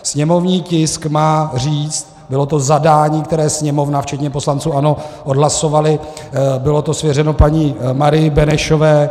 Sněmovní tisk má říct, bylo to zadání, které Sněmovna včetně poslanců ANO odhlasovali, bylo to svěřeno paní Marii Benešové.